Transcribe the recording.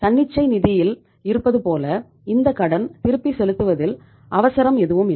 தன்னிச்சை நிதியில் இருப்பதுபோல இந்த கடன் திருப்பி செலுத்துவதில் அவசரம் எதுவும் இல்லை